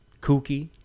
kooky